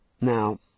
Now